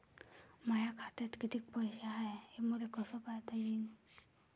माया खात्यात कितीक पैसे हाय, हे मले कस पायता येईन?